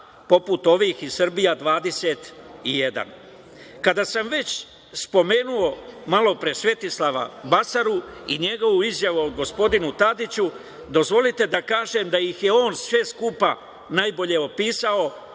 poput ovih iz „Srbija 21“.Kada sam već spomenuo malopre Svetislava Basaru i njegovu izjavu o gospodinu Tadiću, dozvolite da kažem da ih je on sve skupa najbolje opisao